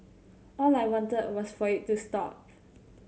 all I wanted was for it to stop